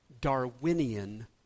Darwinian